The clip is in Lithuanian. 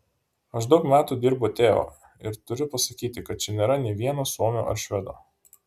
aš daug metų dirbu teo ir turiu pasakyti kad čia nėra nė vieno suomio ar švedo